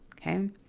Okay